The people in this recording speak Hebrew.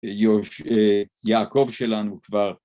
יעקב שלנו כבר.